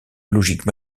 logique